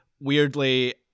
weirdly